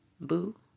boo